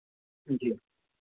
जी